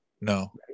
no